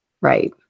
right